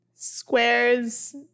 squares